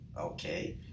okay